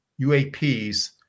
UAPs